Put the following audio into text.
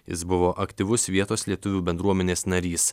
jis buvo aktyvus vietos lietuvių bendruomenės narys